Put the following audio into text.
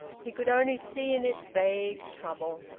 he could only see in it vague trouble.